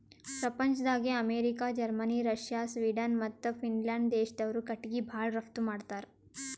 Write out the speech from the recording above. ಪ್ರಪಂಚ್ದಾಗೆ America, Germany, Russia, Sweden ಮತ್ತ್ Finland ದೇಶ್ದವ್ರು ಕಟಿಗಿ ಭಾಳ್ ರಫ್ತು ಮಾಡತ್ತರ್